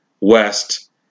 West